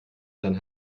dann